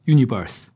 Universe